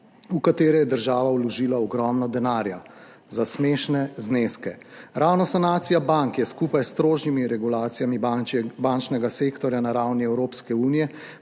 v katere je država vložila ogromno denarja za smešne zneske. Ravno sanacija bank je skupaj s strožjimi regulacijami bančnega sektorja na ravni Evropske unije